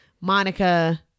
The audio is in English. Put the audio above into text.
Monica